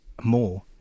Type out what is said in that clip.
more